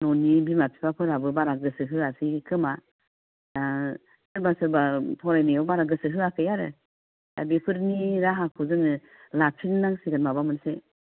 न'नि बिमा बिफाफोराबो बारा गोसो होआसै खोमा दा सोरबा सोरबा फरायनायाव बारा गोसो होआखै आरो दा बेफोरनि राहाखौ जोङो लाफिननो नांसिगोन माबा मोनसे